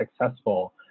successful